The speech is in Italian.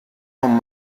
non